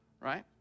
right